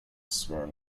swirl